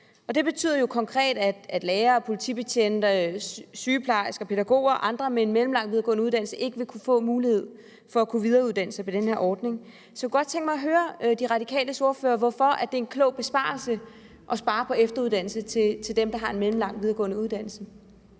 Det betyder jo konkret, at lærere, politibetjente, sygeplejersker, pædagoger og andre med en mellemlang videregående uddannelse ikke vil kunne få mulighed for at kunne videreuddanne sig ved den her ordning. Så jeg kunne godt tænke mig at høre De Radikales ordfører om, hvorfor det er en klog besparelse at spare på efteruddannelse til dem, der har en mellemlang videregående uddannelse.